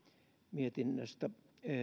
mietinnöstä